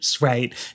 Right